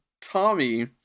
Tommy